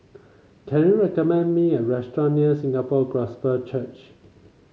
can you recommend me a restaurant near Singapore Gospel Church